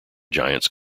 giants